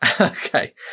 Okay